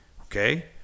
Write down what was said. Okay